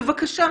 בבקשה.